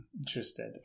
Interested